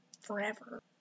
forever